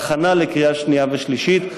בהכנה לקריאה שנייה ושלישית,